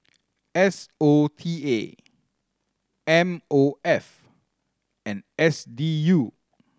S O T A M O F and S D U